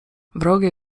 wrogie